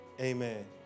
amen